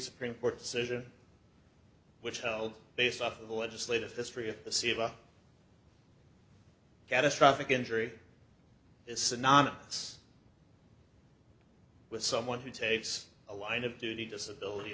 supreme court decision which held based off of the legislative history of the c of a catastrophic injury is synonymous with someone who takes a line of duty disability